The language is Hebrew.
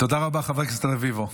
תודה רבה, חבר הכנסת רביבו.